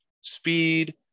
speed